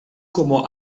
como